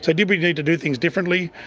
so did we need to do things differently?